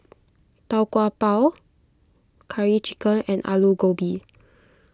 Tau Kwa Pau Curry Chicken and Aloo Gobi